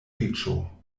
riĉo